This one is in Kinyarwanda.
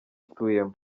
atuyemo